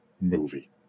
movie